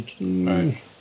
Right